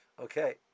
Okay